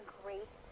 great